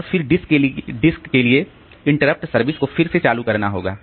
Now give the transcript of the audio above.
और फिर डिस्क के लिए इंटरप्ट सर्विस को फिर से चालू करना होगा